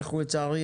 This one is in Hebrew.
לצערי,